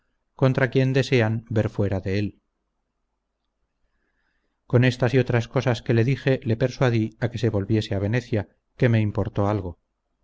contra quien desean ver fuera de él con estas y otras cosas que le dije le persuadí a que se volviese a venecia que me importó algo